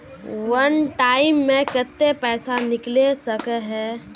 वन time मैं केते पैसा निकले सके है?